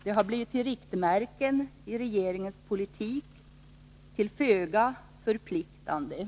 Dessa riktmärken är tydligen föga förpliktande för regeringens politik.